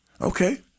Okay